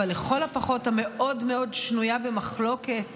לכל הפחות המאוד-מאוד שנויה במחלוקת